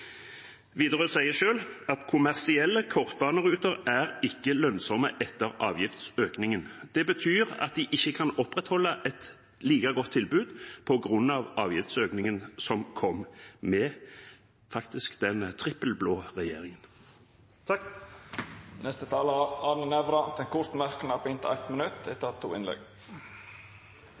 Widerøe legger ned. Nei, Widerøe sier selv at kommersielle kortbaneruter ikke er lønnsomme etter avgiftsøkningen. Det betyr at de ikke kan opprettholde et like godt tilbud på grunn av avgiftsøkningen som kom med den trippelblå regjeringen. Representanten Arne Nævra har hatt ordet to gonger tidlegare og får ordet til ein kort merknad, avgrensa til 1 minutt.